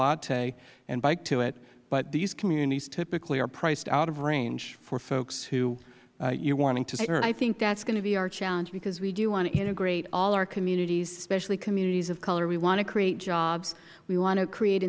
latte and bike to it but these communities typically are priced out of range for folks who you are wanting to serve ms solis i think that is going to be our challenge because we do want to integrate all our communities especially communities of color we want to create jobs we want to create